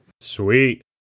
Sweet